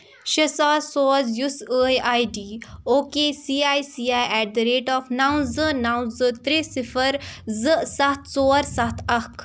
شےٚ سَاس سوز یُس آے I D okay C I C I at the rate of نَو زٕ نَو زٕ ترٛےٚ صِفَر زٕ سَتھ ژور سَتھ اَکھ